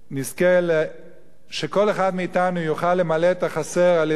נזכה שכל אחד מאתנו יוכל למלא את החסר על-ידי